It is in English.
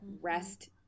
rest